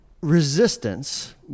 Resistance